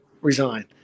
resign